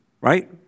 right